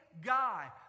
guy